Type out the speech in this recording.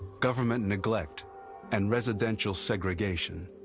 government neglect and residential segregation.